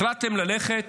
החלטתם ללכת